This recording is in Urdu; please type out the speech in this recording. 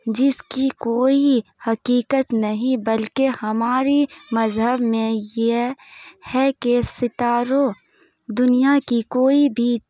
جس کی کوئی حقیقت نہیں بلکہ ہماری مذہب میں یہ ہے کہ ستاروں دنیا کی کوئی بھی